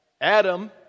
Adam